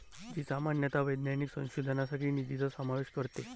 जी सामान्यतः वैज्ञानिक संशोधनासाठी निधीचा समावेश करते